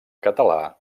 català